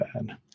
bad